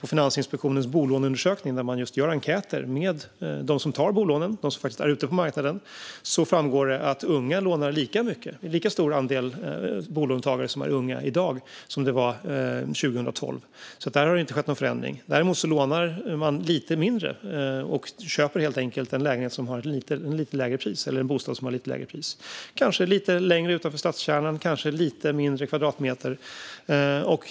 I Finansinspektionens bolåneundersökning, där man gör enkäter med dem som tar bolån och är ute på marknaden, framgår det att det i dag är lika stor andel bolånetagare som är unga som det var 2012. Där har det alltså inte skett någon förändring. Däremot lånar de lite mindre och köper helt enkelt en bostad som har lite lägre pris. Den kanske ligger lite längre utanför stadskärnan eller är lite mindre i kvadratmeter räknat.